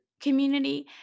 community